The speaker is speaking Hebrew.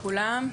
שלום לכולם,